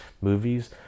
movies